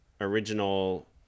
Original